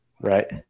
Right